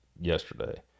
yesterday